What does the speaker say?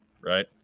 Right